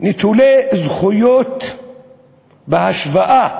נטולי זכויות בהשוואה